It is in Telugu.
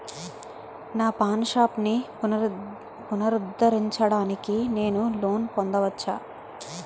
నా పాన్ షాప్ని పునరుద్ధరించడానికి నేను లోన్ పొందవచ్చా?